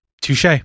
touche